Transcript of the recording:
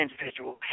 individual